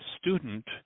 student